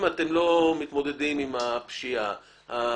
אם אתם לא מתמודדים עם הפשיעה המאורגנת,